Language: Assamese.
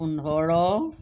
পোন্ধৰ